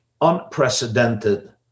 unprecedented